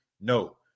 no